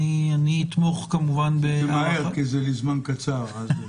אני אתמוך כמובן --- מהר כי זה לזמן קצר.